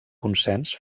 consens